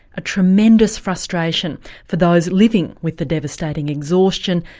a tremendous frustration for those living with the devastating exhaustion,